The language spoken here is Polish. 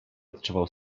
odczuwał